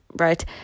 right